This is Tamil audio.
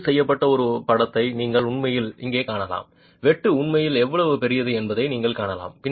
வெட்டு செய்யப்பட்ட ஒரு படத்தை நீங்கள் உண்மையில் இங்கே காணலாம் வெட்டு உண்மையில் எவ்வளவு பெரியது என்பதை நீங்கள் காணலாம்